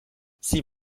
sie